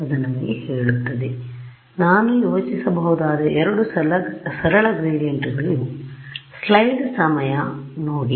ಆದ್ದರಿಂದ ನಾನು ಯೋಚಿಸಬಹುದಾದ ಎರಡು ಸರಳ ಗ್ರೇಡಿಯಂಟ್ ಗಳಿವು